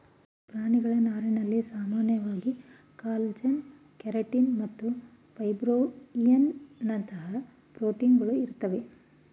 ಪ್ರಾಣಿಗಳ ನಾರಿನಲ್ಲಿ ಸಾಮಾನ್ಯವಾಗಿ ಕಾಲಜನ್ ಕೆರಟಿನ್ ಮತ್ತು ಫೈಬ್ರೋಯಿನ್ನಂತಹ ಪ್ರೋಟೀನ್ಗಳು ಇರ್ತವೆ